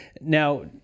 Now